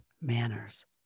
manners